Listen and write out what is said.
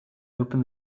open